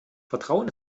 vertrauen